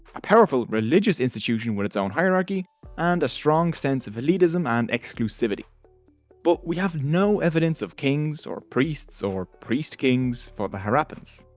a powerful religious institution with its own hierarchy and strong sense of elitism and exclusivity but we have no evidence of kings or priests or priest-kings for the harappans.